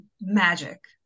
magic